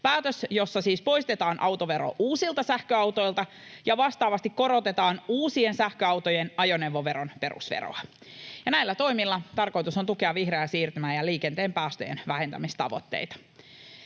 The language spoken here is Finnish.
päätös, jossa poistetaan autovero uusilta sähköautoilta ja vastaavasti korotetaan uusien sähköautojen ajoneuvoveron perusveroa. Näillä toimilla on tarkoitus tukea vihreää siirtymää ja liikenteen päästöjen vähentämistavoitteita.